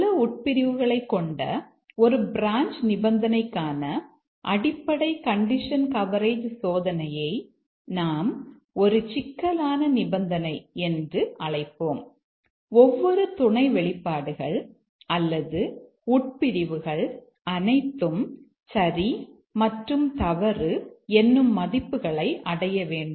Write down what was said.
பல உட்பிரிவுகளைக் கொண்ட ஒரு பிரான்ச் நிபந்தனைக்கான அடிப்படை கண்டிஷன் கவரேஜ் சோதனையை நாம் ஒரு சிக்கலான நிபந்தனை என்று அழைப்போம் ஒவ்வொரு துணை வெளிப்பாடுகள் அல்லது உட்பிரிவுகள் அனைத்தும் சரி மற்றும் தவறு என்னும் மதிப்புகளை அடைய வேண்டும்